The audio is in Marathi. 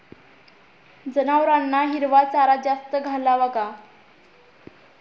जनावरांना हिरवा चारा जास्त घालावा का?